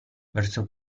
verso